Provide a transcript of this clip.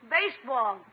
Baseball